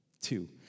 Two